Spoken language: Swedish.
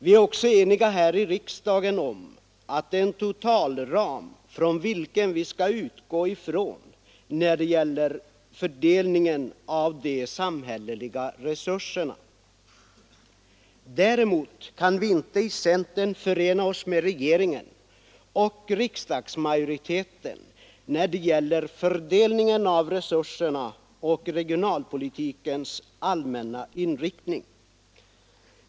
Vi är också här i riksdagen eniga om den totalram från vilken vi skall utgå när det gäller fördelningen av de samhälleliga resurserna. Däremot kan vi i centern inte förena oss med regeringen och riksdagsmajoriteten beträffande fördelningen av resurserna och regionalpolitikens allmänna riktning.